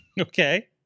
okay